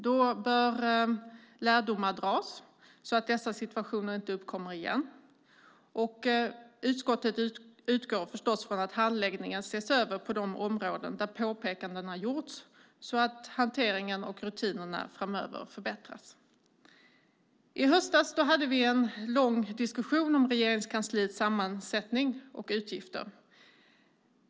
Då bör lärdomar dras så att dessa situationer inte uppkommer igen. Utskottet utgår förstås ifrån att handläggningen ses över på de områden där påpekanden har gjorts så att hanteringen och rutinerna framöver förbättras. I höstas hade vi en lång diskussion om Regeringskansliets sammansättning och utgifter.